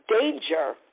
danger